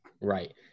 Right